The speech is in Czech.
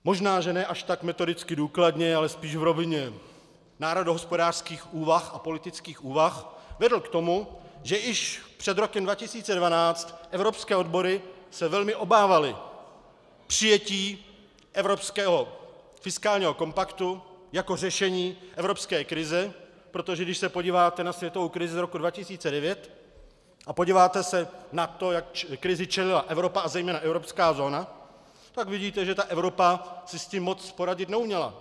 Možná že ne až tak metodicky důkladně, ale spíš v rovině národohospodářských úvah a politických úvah vedl k tomu, že již před rokem 2012 evropské odbory se velmi obávaly přijetí evropského fiskálního kompaktu jako řešení evropské krize, protože když se podíváte na světovou krizi roku 2009 a podíváte se na to, jak krizi čelila Evropa a zejména evropská zóna, tak vidíte, že Evropa si s tím moc poradit neuměla.